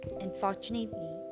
Unfortunately